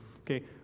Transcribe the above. Okay